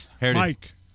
Mike